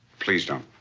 please don't.